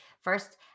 First